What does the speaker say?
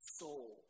soul